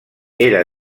era